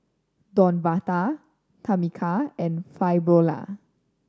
Devonta Tamica and Fabiola